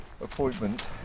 appointment